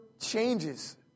changes